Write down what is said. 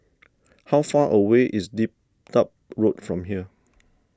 how far away is Dedap Road from here